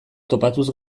topatuz